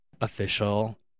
official